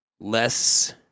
less